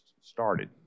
started